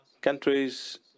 Countries